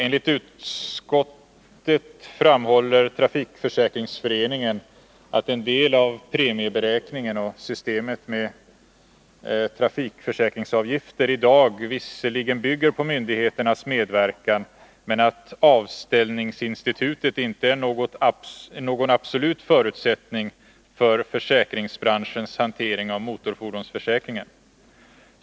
Enligt utskottet framhåller Trafikförsäkringsföreningen att ”en del av premieberäkningen och systemet med trafikförsäk ringsavgifter i dag visserligen bygger på myndigheternas medverkan men att avställningsinstitutet inte är någon absolut förutsättning för försäkringsbranschens hantering av motorfordonsförsäkringen.